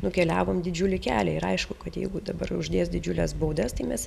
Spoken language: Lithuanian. nukeliavom didžiulį kelią ir aišku kad jeigu dabar uždės didžiules baudas tai mes